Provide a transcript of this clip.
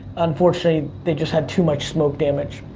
unfortunately, they just had too much smoke damage.